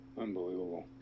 Unbelievable